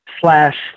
slash